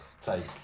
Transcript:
take